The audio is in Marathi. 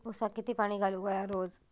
ऊसाक किती पाणी घालूक व्हया रोज?